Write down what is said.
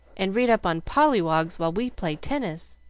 and read up on polywogs while we play tennis,